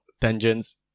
tangents